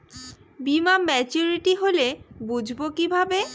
বীমা মাচুরিটি হলে বুঝবো কিভাবে?